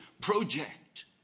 project